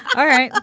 all right.